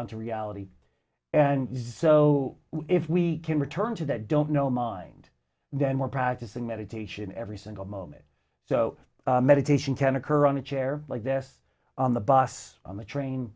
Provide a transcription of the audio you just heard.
on to reality and use so if we can return to that don't know mind then we're practicing meditation every single moment so meditation can occur on a chair like this on the bus on the train